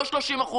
לא 30%,